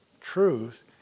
truth